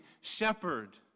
shepherd